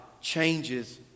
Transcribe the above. changes